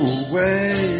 away